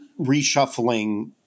reshuffling